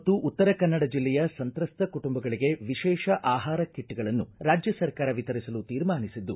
ಬೆಳಗಾವಿ ಮತ್ತು ಉತ್ತರ ಕನ್ನಡ ಜಿಲ್ಲೆಯ ಸಂತ್ರಸ್ತ ಕುಟುಂಬಗಳಿಗೆ ವಿಶೇಷ ಆಹಾರ ಕಿಟ್ಗಳನ್ನು ರಾಜ್ಯ ಸರ್ಕಾರ ವಿತರಿಸಲು ತೀರ್ಮಾನಿಸಿದ್ದು